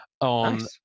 on